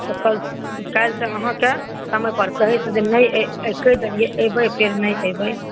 काल्हिसँ अहाँकेँ समय पर कहि देलिऐ एबै फेर नहि एबै